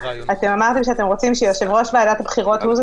אתם אמרתם שאתם רוצים שיושב-ראש ועדת הבחירות הוא זה